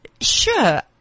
Sure